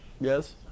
Yes